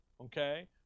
Okay